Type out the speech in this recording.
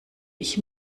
ich